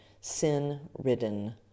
sin-ridden